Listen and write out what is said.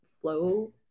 flow